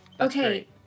Okay